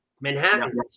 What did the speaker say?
Manhattan